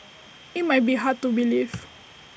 IT might be hard to believe